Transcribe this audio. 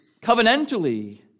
covenantally